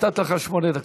נתתי לך שמונה דקות.